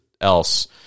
else